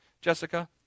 Jessica